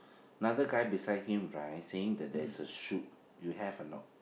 another guy beside him right saying that there is a shoot you have or not